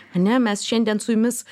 ane mes šiandien su jumis